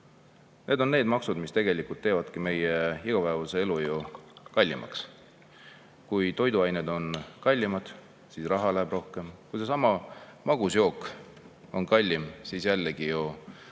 – on need maksud, mis teevadki igapäevase elu ju kallimaks. Kui toiduained on kallimad, siis raha läheb rohkem. Kui see magus jook on kallim, siis jällegi ju läheb